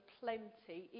plenty